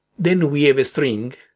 then we have a string,